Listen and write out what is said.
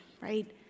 right